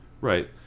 Right